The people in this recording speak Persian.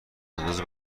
انداز